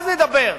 אז נדבר.